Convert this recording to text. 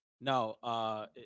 No